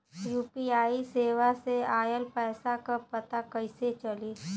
UPI सेवा से ऑयल पैसा क पता कइसे चली?